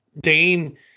Dane